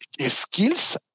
skills